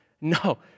No